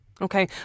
Okay